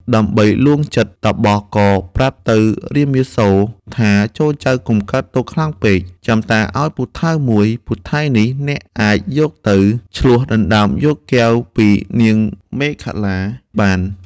ដើម្បីលួងចិត្តតាបសក៏ប្រាប់ទៅរាមាសូរថា ចូរចៅកុំកើតទុក្ខខ្លាំងពេក ចាំតាឱ្យពូថៅមួយ ពូថៅនេះអ្នកអាចយកទៅ ឈ្លោះដណ្តើមយកកែវពីនាងមេខលាបាន។